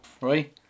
Right